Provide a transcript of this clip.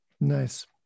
Nice